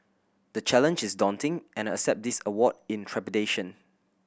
the challenge is daunting and I accept this award in trepidation